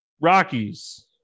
Rockies